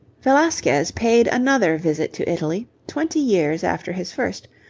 velasquez paid another visit to italy, twenty years after his first,